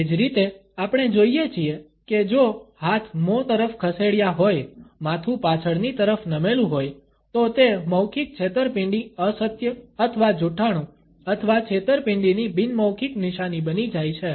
એ જ રીતે આપણે જોઈએ છીએ કે જો હાથ મોં તરફ ખસેડ્યા હોય માથું પાછળની તરફ નમેલું હોય તો તે મૌખિક છેતરપિંડી અસત્ય અથવા જૂઠ્ઠાણું અથવા છેતરપિંડીની બિન મૌખિક નિશાની બની જાય છે